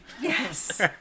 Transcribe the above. Yes